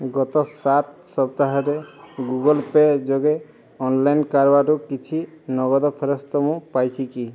ଗତ ସାତ ସପ୍ତାହରେ ଗୁଗଲ୍ ପେ ଯୋଗେ ଅନଲାଇନ୍ କାରବାରରୁ କିଛି ନଗଦ ଫେରସ୍ତ ମୁଁ ପାଇଛି କି